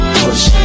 push